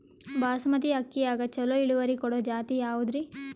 ಬಾಸಮತಿ ಅಕ್ಕಿಯಾಗ ಚಲೋ ಇಳುವರಿ ಕೊಡೊ ಜಾತಿ ಯಾವಾದ್ರಿ?